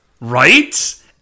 Right